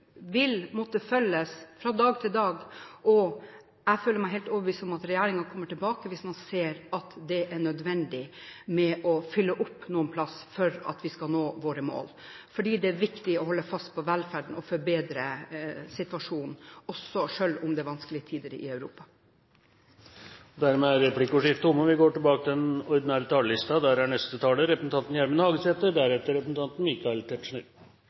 vil måtte følges fra dag til dag, og jeg føler meg helt overbevist om at regjeringen kommer tilbake hvis man ser at det er nødvendig å fylle opp noen steder for at vi skal nå vårt mål. For det er viktig å holde fast på velferden og forbedre situasjonen, selv om det er vanskelige tider i Europa. Replikkordskiftet er omme. Den norske staten er ein ekstremt rik stat. Vi har meir enn 3 000 mrd. kr på bok i oljefondet, og